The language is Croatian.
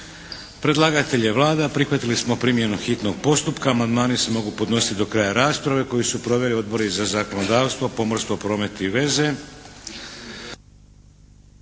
Predlagatelj je Vlada. Prihvatili smo primjenu hitnog postupka. Amandmani se mogu podnositi do kraja rasprave koju su proveli Odbori za zakonodavstvo, pomorstvo, promet i veze.